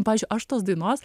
pavyzdžiui aš tos dainos